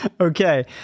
Okay